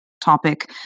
topic